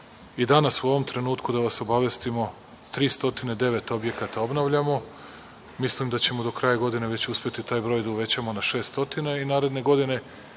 i danas, u ovom trenutku da vas obavestimo, 309 objekata obnavljamo, mislim da ćemo do kraja godine već uspeti taj broj da uvećamo na šest stotina i naredne godine,